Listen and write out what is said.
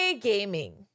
Gaming